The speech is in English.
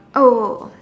oh